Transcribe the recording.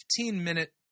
15-minute